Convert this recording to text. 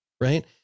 Right